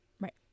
right